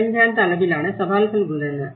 இடஞ்சார்ந்த அளவிலான சவால்கள் உள்ளன